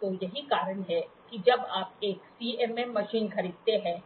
तो यही कारण है कि जब आप एक CMM मशीन खरीदते हैं